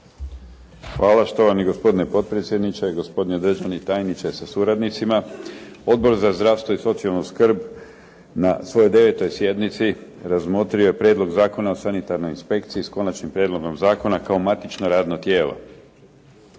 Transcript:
Hvala. Štovani gospodine potpredsjedniče, gospodine državni tajniče sa suradnicima. Odbor za zdravstvo i socijalnu skrb na svojoj devetoj sjednici razmotrio je Prijedlog Zakona o sanitarnoj inspekciji s Konačnim prijedlogom zakona kao matično radno tijelo.